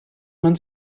man